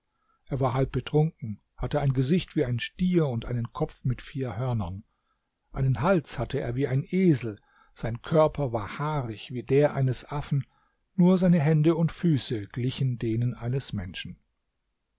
er war halb betrunken hatte ein gesicht wie ein stier und einen kopf mit vier hörnern einen hals hatte er wie ein esel sein körper war haarig wie der eines affen nur seine hände und füße glichen denen eines menschen